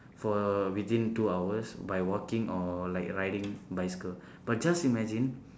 for within two hours by walking or like riding bicycle but just imagine